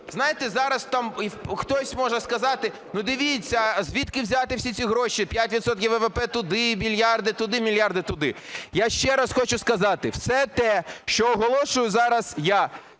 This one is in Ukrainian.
Знаєте, зараз там хтось може сказати: дивіться, звідки взяти всі ці гроші: 5 відсотків ВВП туди, мільярди туди, мільярди туди? Я ще раз хочу сказати, все те, що оголошую зараз я,